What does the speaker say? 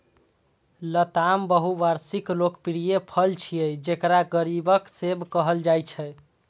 लताम बहुवार्षिक लोकप्रिय फल छियै, जेकरा गरीबक सेब कहल जाइ छै